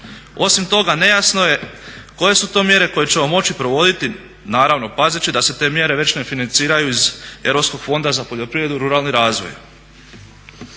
Osim toga, nejasno je koje su to mjere koje ćemo moći provoditi, naravno pazeći da se te mjere već ne financiraju iz Europskog fonda za poljoprivredu i ruralni razvoj.